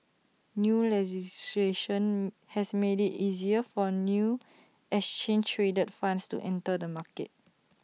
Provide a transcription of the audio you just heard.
new legislation has made IT easier for new exchange traded funds to enter the market